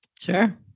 Sure